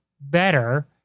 better